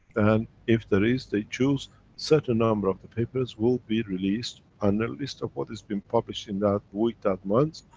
and if there is this, they choose certain numbers of the papers, will be released on their list of what has been published in that week, that month,